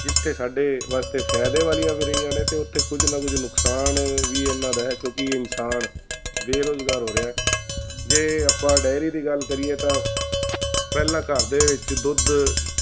ਜਿੱਥੇ ਸਾਡੇ ਵਾਸਤੇ ਫਾਇਦੇ ਵਾਲੀਆਂ ਵੀ ਰਹੀਆਂ ਨੇ ਅਤੇ ਉੱਥੇ ਕੁਝ ਨਾ ਕੁਝ ਨੁਕਸਾਨ ਵੀ ਇਹਨਾਂ ਦਾ ਹੈ ਕਿਉਂਕਿ ਇਨਸਾਨ ਬੇਰੁਜ਼ਗਾਰ ਹੋ ਰਿਹਾ ਜੇ ਆਪਾਂ ਡੈਅਰੀ ਦੀ ਗੱਲ ਕਰੀਏ ਤਾਂ ਪਹਿਲਾਂ ਘਰ ਦੇ ਵਿੱਚ ਦੁੱਧ